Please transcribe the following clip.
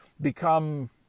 become